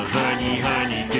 honey honey!